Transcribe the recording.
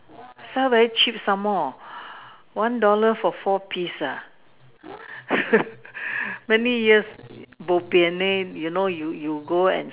sell very cheap some more one dollar for four piece ah many years bo pian leh you know you you go and